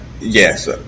Yes